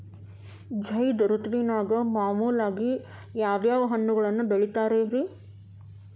ಝೈದ್ ಋತುವಿನಾಗ ಮಾಮೂಲಾಗಿ ಯಾವ್ಯಾವ ಹಣ್ಣುಗಳನ್ನ ಬೆಳಿತಾರ ರೇ?